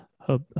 Hope